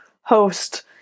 host